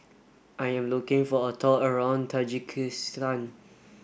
I am looking for a tour around Tajikistan